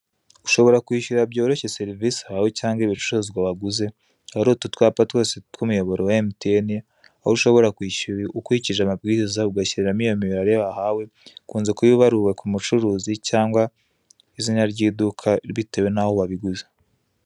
Ushobora kwishyura byoroshye service ahawe cyangwa ibicuruzwa waguze ahari utu twapa twose tw'imiyoboro wa MTN, aho ushobora kwishyura ukurikije amabwiriza ugashyiramo iyo mibare wahawe, ukunze kuba ibaruwe ku mucuruzi cyangwa izina ry'iduka bitewe n'aho wabiguze.